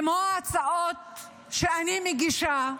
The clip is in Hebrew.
כמו ההצעות שאני תמיד מגישה,